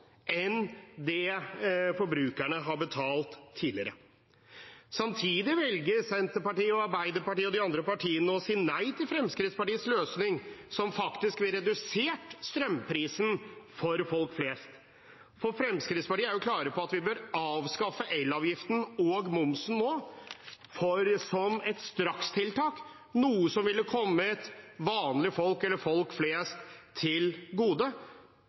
enn det forbrukerne har betalt tidligere. Samtidig velger Senterpartiet, Arbeiderpartiet og de andre partiene å si nei til Fremskrittspartiets løsning, som faktisk ville redusert strømprisen for folk flest. Fremskrittspartiet er klar på at vi bør avskaffe elavgiften og momsen nå, som et strakstiltak, noe som ville kommet vanlige folk eller folk flest til gode.